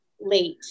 late